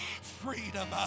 freedom